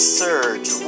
surge